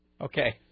Okay